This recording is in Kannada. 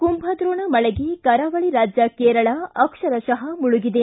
ಕುಂಭದ್ರೋಣ ಮಳೆಗೆ ಕರಾವಳಿ ರಾಜ್ಯ ಕೇರಳ ಅಕ್ಷರಶಃ ಮುಳುಗಿದೆ